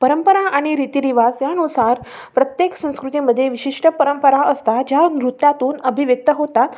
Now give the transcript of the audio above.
परंपरा आणि रीतीरिवाज यानुसार प्रत्येक संस्कृतीमध्ये विशिष्ट परंपरा असतात ज्या नृत्यातून अभिव्यक्त होतात